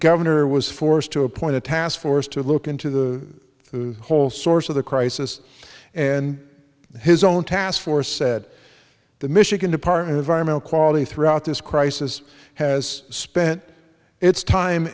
governor was forced to appoint a task force to look into the through hole source of the crisis and his own task force said the michigan department environmental quality throughout this crisis has spent its time